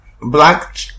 Black